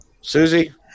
Susie